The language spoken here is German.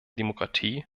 demokratie